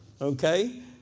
Okay